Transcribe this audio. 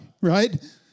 right